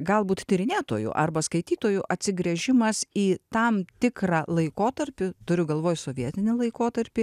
galbūt tyrinėtojų arba skaitytojų atsigręžimas į tam tikrą laikotarpį turiu galvoj sovietinį laikotarpį